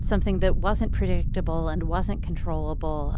something that wasn't predictable and wasn't controllable,